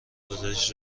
گزارش